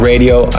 radio